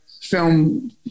film